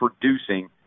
producing